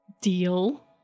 deal